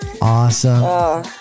Awesome